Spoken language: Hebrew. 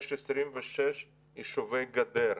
יש 26 יישובי גדר: